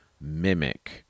Mimic